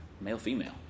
male-female